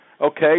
Okay